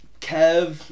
Kev